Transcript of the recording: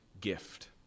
gift